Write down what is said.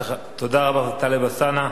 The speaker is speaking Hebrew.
תודה רבה לחבר הכנסת טלב אלסאנע.